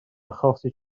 achosi